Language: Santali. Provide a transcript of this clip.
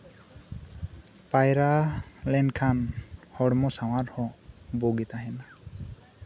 ᱯᱟᱭᱨᱟ ᱞᱮᱱᱠᱷᱟᱱ ᱦᱚᱲᱢᱚ ᱥᱟᱶᱟᱨ ᱦᱚᱸ ᱵᱩᱜᱤ ᱛᱟᱦᱮᱱᱟ